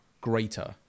greater